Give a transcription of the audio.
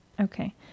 Okay